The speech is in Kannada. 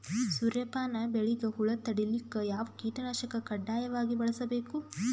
ಸೂರ್ಯಪಾನ ಬೆಳಿಗ ಹುಳ ತಡಿಲಿಕ ಯಾವ ಕೀಟನಾಶಕ ಕಡ್ಡಾಯವಾಗಿ ಬಳಸಬೇಕು?